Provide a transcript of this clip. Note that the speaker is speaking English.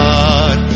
God